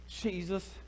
Jesus